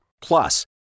Plus